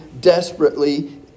desperately